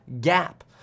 gap